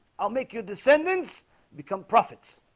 i'll make your descendants become prophets